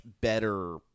better